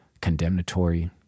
condemnatory